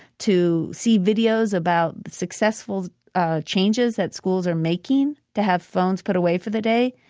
to see videos about successful ah changes that schools are making, to have phones put away for the day.